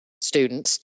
students